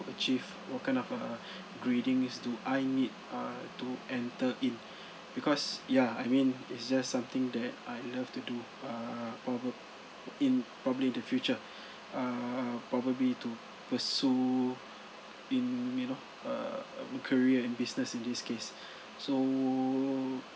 achieve what kind of uh gradings do I need uh to enter in because ya I mean it's just something that I love to do err probably in probably the future err probably to pursue in you know err a career in business in this case so